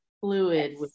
fluid